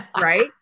right